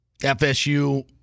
FSU